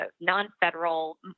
non-federal